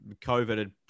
COVID